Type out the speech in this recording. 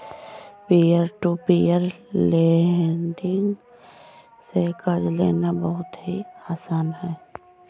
peer to peer lending से कर्ज लेना बहुत ही आसान है